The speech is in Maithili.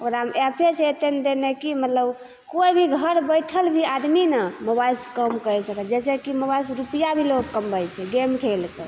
ओकरामे एप्प छै इतना देने कि मतलब कोइ भी घर बैठल भी आदमी ने मोबाइसँ काम करि सकय छै जैसे कि मोबाइलसँ लोग रुपैआ भी कमबय छै गेम खेल कऽ